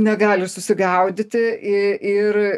negali susigaudyti i ir